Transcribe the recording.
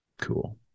cool